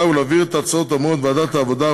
ולהעביר את ההצעות האמורות מוועדת העבודה,